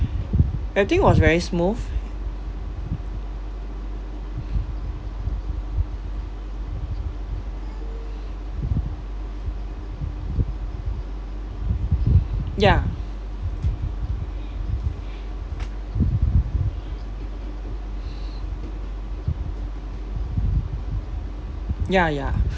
everything was very smooth ya ya ya